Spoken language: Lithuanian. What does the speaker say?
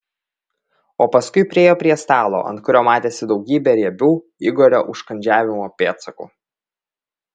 o paskui priėjo prie stalo ant kurio matėsi daugybė riebių igorio užkandžiavimo pėdsakų